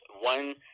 one